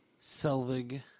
Selvig